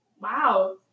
Wow